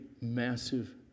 massive